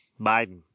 Biden